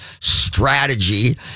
strategy